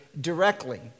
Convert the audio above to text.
directly